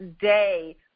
day